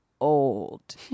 old